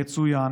יצוין